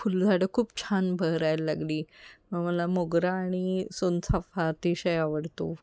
फुलझाडं खूप छान बहरायला लागली मला मोगरा आणि सोनचाफा अतिशय आवडतो